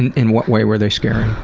in what way were they scary?